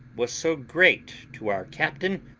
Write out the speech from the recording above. was so great to our captain,